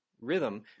rhythm